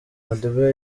madiba